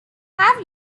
have